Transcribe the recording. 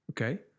Okay